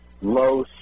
low